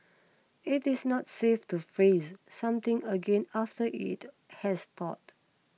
it is not safe to freeze something again after it has thawed